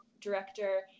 Director